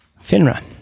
FINRA